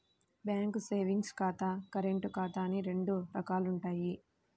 bank savings ఖాతా, current ఖాతా అని రెండు రకాలుంటయ్యి